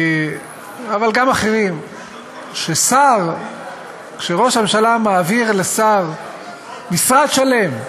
אבל גם לאחרים, כשראש הממשלה מעביר לשר משרד שלם,